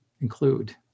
include